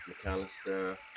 McAllister